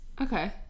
okay